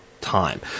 time